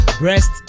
rest